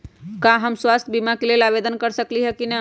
का हम स्वास्थ्य बीमा के लेल आवेदन कर सकली ह की न?